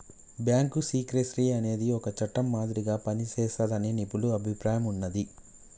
bank secrecy అనేది ఒక చట్టం మాదిరిగా పనిజేస్తాదని నిపుణుల అభిప్రాయం ఉన్నాది